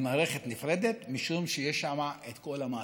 למערכת נפרדת, משום שיש שם את כל המעטפת.